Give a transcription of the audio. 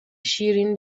شیرین